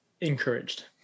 encouraged